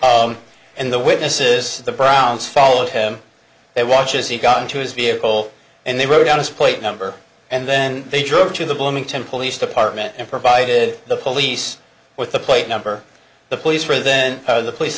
park and the witnesses the browns followed him they watched as he got into his vehicle and they wrote down his plate number and then they drove to the bloomington police department and provided the police with the plate number the police were then